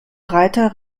reiter